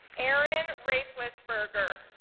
aaron raceless burger